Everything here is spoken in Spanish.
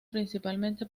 principalmente